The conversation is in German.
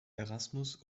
erasmus